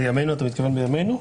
בימינו אתה מתכוון בימינו?